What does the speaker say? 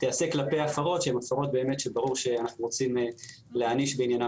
תעשה כלפי הפרות שהם הפרות שברור שאנחנו רוצים להעניש בעניינם